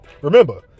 Remember